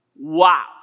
Wow